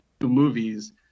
movies